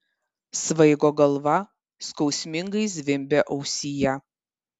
svaigo galva skausmingai zvimbė ausyje